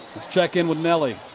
check in with nellie.